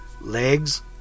Legs